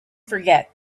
forget